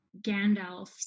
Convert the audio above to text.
Gandalf